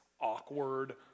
awkward